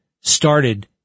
started